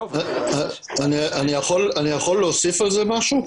אני יכול להוסיף על זה משהו,